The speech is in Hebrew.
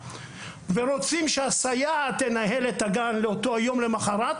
ורוצים שהסייעת תנהל את הגן לאותו יום למוחרת,